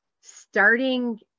Starting